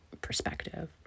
perspective